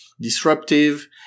disruptive